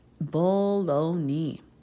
Bologna